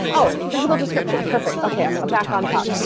oh, physical description, perfect. okay, i'm back on top.